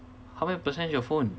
how many percent is your phone